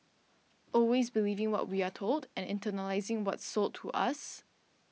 always believing what we are told and internalising what's sold to us